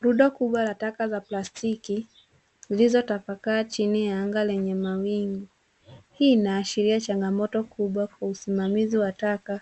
Rundo kubwa la taka za plastiki zilizotapakaa chini ya anga lenye mawingu. Hii inaashiria changamoto kubwa kwa usimamizi wa taka